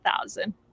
thousand